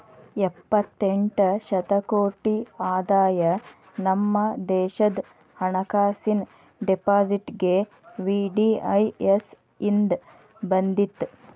ಎಪ್ಪತ್ತೆಂಟ ಶತಕೋಟಿ ಆದಾಯ ನಮ ದೇಶದ್ ಹಣಕಾಸಿನ್ ಡೆಪಾರ್ಟ್ಮೆಂಟ್ಗೆ ವಿ.ಡಿ.ಐ.ಎಸ್ ಇಂದ್ ಬಂದಿತ್